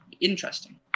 interesting